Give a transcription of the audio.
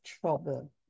trouble